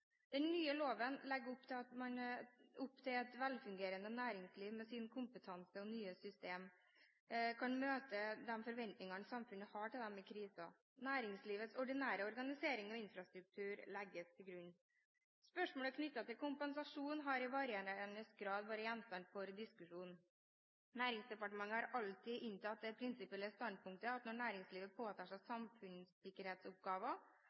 Den nye loven legger opp til hvordan et velfungerende næringsliv med sin kompetanse og med nye systemer kan møte de forventningene samfunnet har til dem i kriser. Næringslivets ordinære organisering og infrastruktur legges til grunn. Spørsmål knyttet til kompensasjon har i varierende grad vært gjenstand for diskusjon. Næringsdepartementet har alltid inntatt det prinsipielle standpunktet at når næringslivet påtar seg